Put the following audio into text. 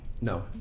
No